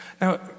Now